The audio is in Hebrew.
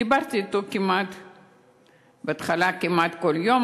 דיברתי אתו בהתחלה כמעט כל יום,